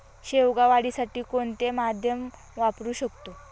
शेवगा वाढीसाठी कोणते माध्यम वापरु शकतो?